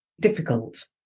difficult